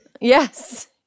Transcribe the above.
Yes